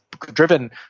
driven